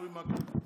אורי מקלב.